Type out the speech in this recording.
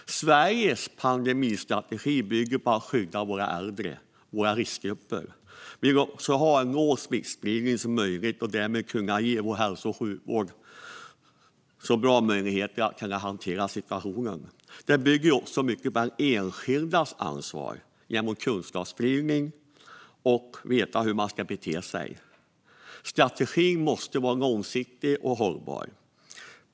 Sveriges pandemistrategi bygger på att vi ska skydda våra äldre och våra riskgrupper. Vi vill också ha en så låg smittspridning som möjligt och därmed ge vår hälso och sjukvård bra möjligheter att hantera situationen. Det bygger också mycket på den enskildes ansvar att, genom kunskapsspridning, veta hur man ska bete sig. Strategin måste vara långsiktig och hållbar.